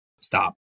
stop